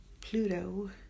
Pluto